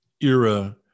era